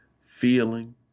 Feeling